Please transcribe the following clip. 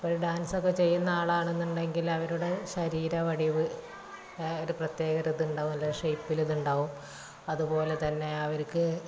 ഒരു ഡാൻസൊക്കെ ചെയ്യുന്ന ആളാണെന്നുണ്ടെങ്കിൽ അവരുടെ ശരീര വടിവ് ഒരു പ്രത്യേക ഒരു ഇതുണ്ടാവും ഷെയപ്പിൽ ഇതുണ്ടാവും അതുപോലെ തന്നെ അവർക്ക്